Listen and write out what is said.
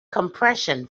compression